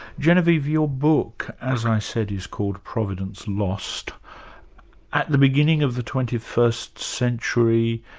genevieve, your book, as i said, is called providence lost at the beginning of the twenty first century,